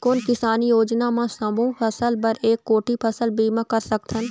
कोन किसानी योजना म सबों फ़सल बर एक कोठी फ़सल बीमा कर सकथन?